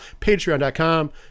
patreon.com